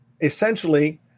essentially